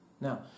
Now